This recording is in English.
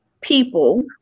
people